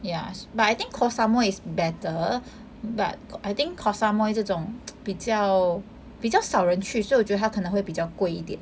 ya but I think koh samui is better but I think koh samui 这种比较比较少人去所以我觉得他可能会比较贵一点